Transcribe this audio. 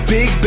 Big